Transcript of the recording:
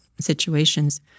situations